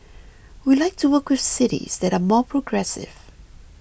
we like to work with cities that are more progressive